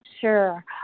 sure